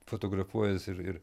fotografuojas ir ir